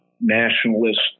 nationalist